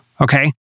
okay